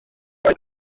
oedd